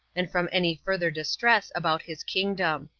and from any further distress about his kingdom.